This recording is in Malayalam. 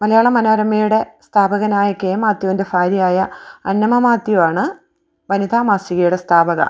മലയാള മനോരമയുടെ സ്ഥാപകനായ കെ മാത്യുവിൻ്റെ ഭാര്യയായ അന്നമ്മ മാത്യു ആണ് വനിതാ മാസികയുടെ സ്ഥാപക